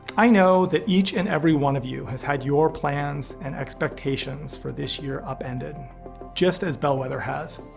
i know that each and every one of you has had your plans and expectations for this year upended just as bellwether has.